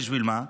בשביל מה?